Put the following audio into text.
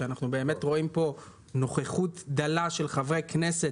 אנחנו באמת רואים נוכחות דלה של חברי כנסת.